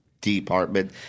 department